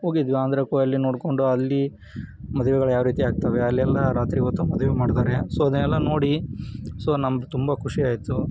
ಹೋಗಿದ್ವಿ ಆಂಧ್ರಕ್ಕೂ ಅಲ್ಲಿ ನೋಡಿಕೊಂಡು ಅಲ್ಲಿ ಮದುವೆಗಳು ಯಾವ ರೀತಿ ಆಗ್ತವೆ ಅಲ್ಲೆಲ್ಲ ರಾತ್ರಿ ಹೊತ್ತು ಮದುವೆ ಮಾಡ್ತಾರೆ ಸೊ ಅದನ್ನೆಲ್ಲ ನೋಡಿ ಸೊ ನಮ್ಗೆ ತುಂಬ ಖುಷಿಯಾಯಿತು